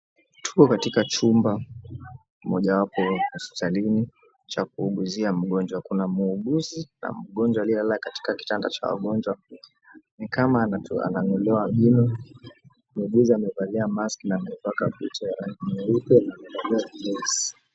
Tuko katika chumba mojawapo hospitalini cha kuuguzia mgonjwa kuna muuguzi na mgonjwa aliyelala katika kitanda cha wagonjwa ni kama anang'olewa jino muuguzi amevalia mask na koti la rangi nyeupe na amevalia dress .